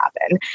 happen